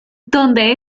donde